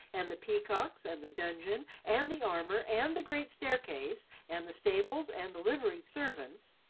and the peacocks, and the dungeon, and the armour, and the great staircase, and the stables, and the liveried servants,